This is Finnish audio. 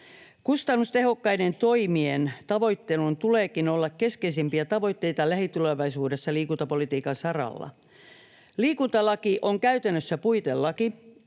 Kustannustehokkaiden toimien tavoittelun tuleekin olla keskeisimpiä tavoitteita lähitulevaisuudessa liikuntapolitiikan saralla. Liikuntalaki on käytännössä puitelaki.